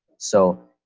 so,